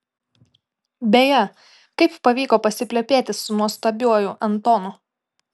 beje kaip pavyko pasiplepėti su nuostabiuoju antonu